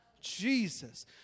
Jesus